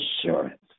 assurance